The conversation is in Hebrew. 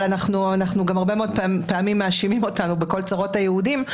אבל גם הרבה מאוד פעמים מאשימים אותנו בכל צרות היהודים.